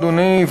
אדוני,